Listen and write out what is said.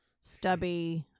stubby